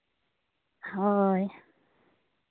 ᱦᱳᱭ